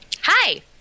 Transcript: Hi